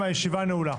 הישיבה נעולה.